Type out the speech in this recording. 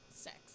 sex